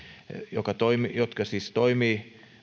jotka siis toimivat